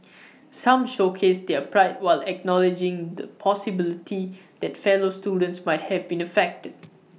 some showcased their pride while acknowledging the possibility that fellow students might have been affected